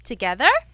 together